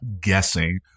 guessing